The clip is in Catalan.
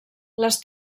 les